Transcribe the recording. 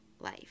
life